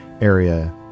area